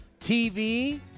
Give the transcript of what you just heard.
TV